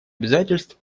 обязательств